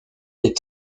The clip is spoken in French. est